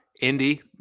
Indy